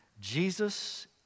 Jesus